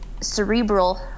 cerebral